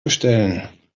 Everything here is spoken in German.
bestellen